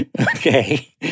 Okay